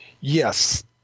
Yes